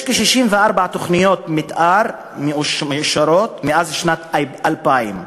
יש כ-64 תוכניות מתאר מאושרות מאז שנת 2000,